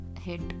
hit